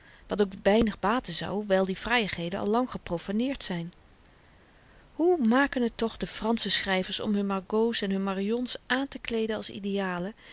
wat ook weinig baten zou wyl die frajigheden al lang geprofaneerd zyn hoe maken t toch de fransche schryvers om hun margots en hun marions aantekleeden als idealen